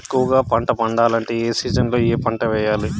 ఎక్కువగా పంట పండాలంటే ఏ సీజన్లలో ఏ పంట వేయాలి